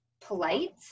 polite